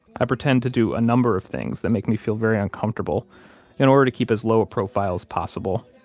i pretend to do a number of things that make me feel very uncomfortable in order to keep as low a profile as possible,